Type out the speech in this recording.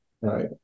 right